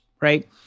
right